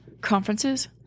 conferences